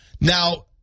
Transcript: Now